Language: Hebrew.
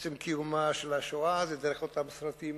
קיומה של השואה דרך אותם סרטים